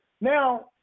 Now